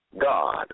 God